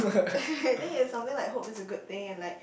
then it's something like hope is a good thing and like